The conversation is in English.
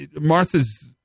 Martha's